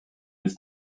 was